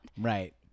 Right